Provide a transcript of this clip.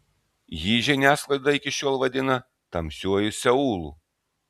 jį žiniasklaida iki šiol vadina tamsiuoju seulu